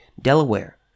Delaware